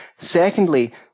Secondly